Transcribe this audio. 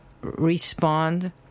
respond